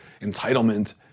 entitlement